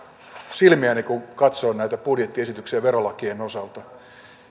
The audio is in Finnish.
silmiäni kun katsoin näitä budjettiesityksiä verolakien osalta